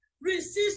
resist